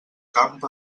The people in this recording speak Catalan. camp